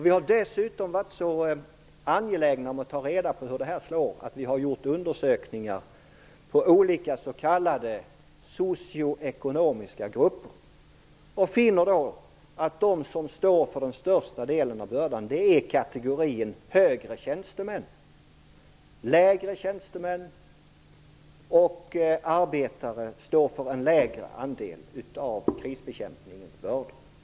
Vi har dessutom varit så angelägna om att ta reda på hur detta slår att vi har gjort undersökningar av olika s.k. socio-ekonomiska grupper. Vi fann då att den som står för den största delen av bördan är kategorin högre tjänstemän. Lägre tjänstemän och arbetare står för en lägre andel av krisbekämpningens bördor.